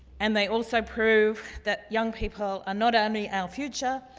and they also prove that young people are not only our future,